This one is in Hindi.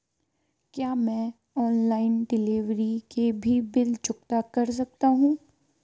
क्या मैं ऑनलाइन डिलीवरी के भी बिल चुकता कर सकता हूँ?